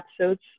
episodes